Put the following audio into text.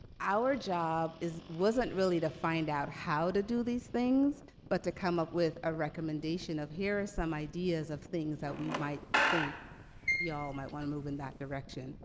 our job wasn't really to find out how to do these things, but to come up with a recommendation of here are some ideas of things that we might think y'all might wanna move in that direction.